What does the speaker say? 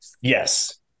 Yes